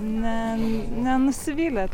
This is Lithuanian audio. ne nenusivylėt